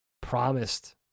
promised